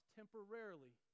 temporarily